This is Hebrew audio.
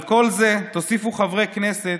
על כל זה תוסיפו חברי כנסת